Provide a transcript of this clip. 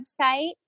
website